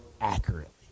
accurately